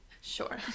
Sure